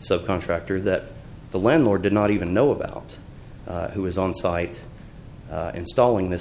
so contractor that the landlord did not even know about who was on site installing th